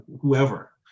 whoever